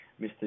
Mr